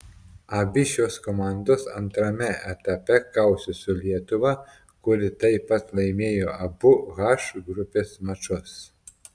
abi šios komandos antrame etape kausis su lietuva kuri taip pat laimėjo abu h grupės mačus